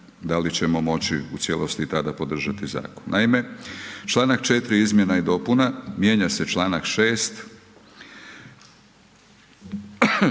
da li ćemo moći u cijelosti i tada podržati zakon. Naime, članak 4. izmjena i dopuna, mijenja se članak 6.